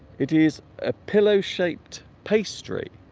it is a pillow shaped pastry